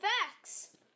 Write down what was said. facts